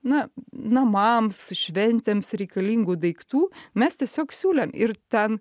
na namams šventėms reikalingų daiktų mes tiesiog siūlėm ir ten